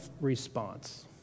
response